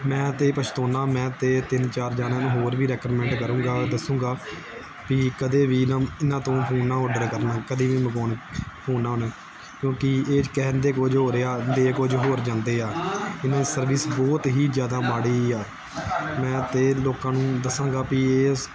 ਮੈਂ ਤਾਂ ਪਛਤਾਉਂਦਾ ਮੈਂ ਤਾਂ ਤਿੰਨ ਚਾਰ ਜਣਿਆਂ ਨੂੰ ਹੋਰ ਵੀ ਰੈਕਮੈਂਟ ਕਰੂੰਗਾ ਦੱਸੂਗਾ ਵੀ ਕਦੇ ਵੀ ਨਾ ਇਹਨਾਂ ਤੋਂ ਫੋਨ ਨਾ ਅੋਰਡਰ ਕਰਨਾ ਕਦੇ ਵੀ ਮੰਗਾਉਣ ਫੋਨ ਨਾ ਉਹਨਾਂ ਕਿਉਂਕਿ ਇਹ ਕਹਿੰਦੇ ਕੁਝ ਹੋਰ ਆ ਦੇ ਕੁਝ ਹੋਰ ਜਾਂਦੇ ਆ ਇਹਨਾਂ ਸਰਵਿਸ ਬਹੁਤ ਹੀ ਜ਼ਿਆਦਾ ਮਾੜੀ ਆ ਮੈਂ ਤਾਂ ਲੋਕਾਂ ਨੂੰ ਦੱਸਾਂਗਾ ਵੀ ਇਸ